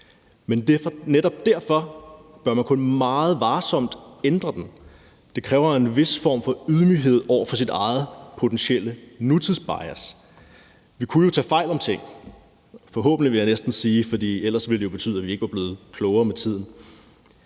men netop derfor bør man kun meget varsomt ændre den. Det kræver en vis form for ydmyghed over for sit eget potentielle nutidsbias. Vi kunne jo tage fejl af ting, forhåbentlig, vil jeg næsten sige, for ellers ville det betyde, at vi ikke var blevet klogere med tiden.